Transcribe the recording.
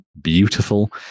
beautiful